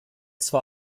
zwar